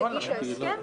הגישה הסכם.